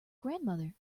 grandmother